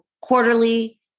quarterly